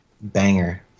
banger